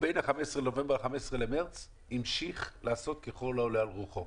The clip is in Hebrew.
בין ה-15 בנובמבר ל-15 במרץ המשיך לעשות ככל העולה על רוחו,